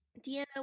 Deanna